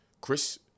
Chris